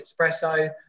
espresso